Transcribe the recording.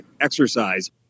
exercise